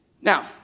Now